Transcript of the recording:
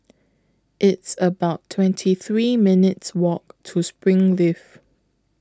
It's about twenty three minutes Walk to Springleaf